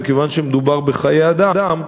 וכיוון שמדובר בחיי אדם,